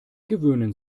gewöhnen